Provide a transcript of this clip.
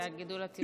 זה הגידול הטבעי.